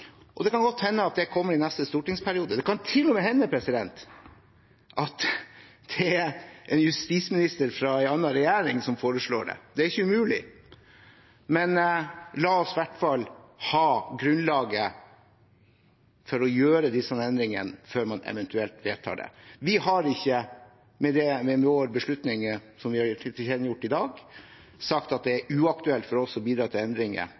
Det kan godt hende at det kommer i neste stortingsperiode, det kan til og med hende at det er en justisminister fra en annen regjering som foreslår det. Det er ikke umulig. Men la oss i hvert fall ha grunnlaget for å gjøre disse endringene før vi eventuelt vedtar dem. Vi har ikke med vår beslutning som vi har tilkjennegjort i dag, sagt at det er uaktuelt for oss å bidra til endringer